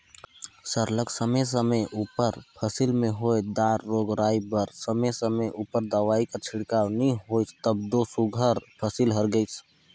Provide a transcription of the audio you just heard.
सरलग समे समे उपर फसिल में होए दार रोग राई बर समे समे उपर दवई कर छिड़काव नी होइस तब दो सुग्घर फसिल हर गइस